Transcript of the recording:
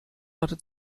hatte